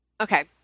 Okay